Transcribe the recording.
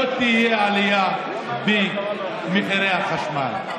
לא תהיה עלייה במחירי החשמל.